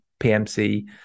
PMC